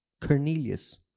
Cornelius